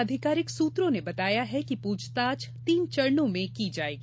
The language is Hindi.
आधिकारिक सूत्रों ने बताया कि पूछताछ तीन चरणों में की जाएगी